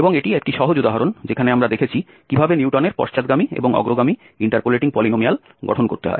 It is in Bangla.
এবং এটি একটি সহজ উদাহরণ যেখানে আমরা দেখেছি কিভাবে নিউটনের পশ্চাৎগামী এবং অগ্রগামী ইন্টারপোলেটিং পলিনোমিয়াল গঠন করতে হয়